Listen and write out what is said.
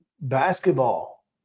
basketball